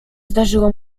zdarzyło